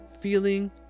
feeling